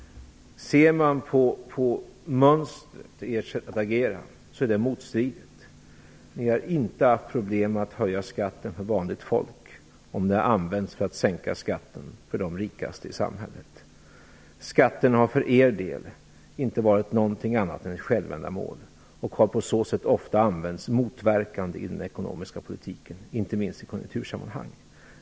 Mönstret i ert sätt att agera är motstridigt. Ni har inte haft några problem med att höja skatten för vanligt folk om den åtgärden har använts för att kunna sänka skatten för de rikaste i samhället. Skatten har för er del inte varit någonting annat än ett självändamål och har på så sätt ofta använts motverkande i den ekonomiska politiken, inte minst i konjunktursammanhang.